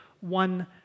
one